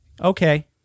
Okay